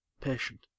patient